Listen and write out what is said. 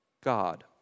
God